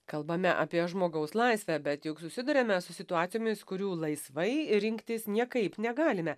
kalbame apie žmogaus laisvę bet juk susiduriame su situacijomis kurių laisvai rinktis niekaip negalime